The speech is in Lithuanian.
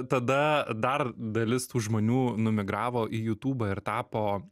tada dar dalis tų žmonių numigravo į jutubą ir tapo